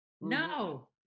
No